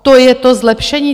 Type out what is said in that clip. To je to zlepšení?